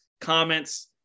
comments